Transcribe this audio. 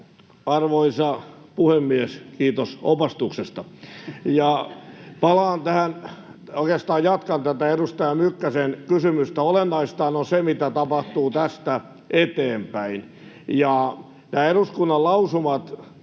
Arvoisa puhemies! Kiitos opastuksesta. — Oikeastaan jatkan tätä edustaja Mykkäsen kysymystä: Olennaistahan on se, mitä tapahtuu tästä eteenpäin. Nämä eduskunnan lausumat,